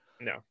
no